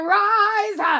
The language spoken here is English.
rise